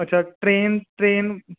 ਅੱਛਾ train train